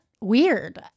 weird